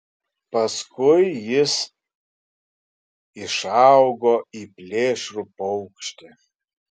paskui jis išaugo į plėšrų paukštį